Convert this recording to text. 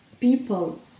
people